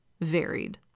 varied